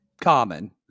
common